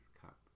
cup